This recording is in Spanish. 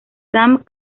sam